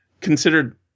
considered